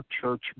church